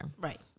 Right